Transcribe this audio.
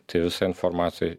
tai visa informacij